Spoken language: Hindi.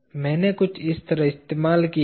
मैंने कुछ इस तरह इस्तेमाल किया है